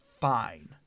fine